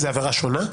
זה עבירה שונה?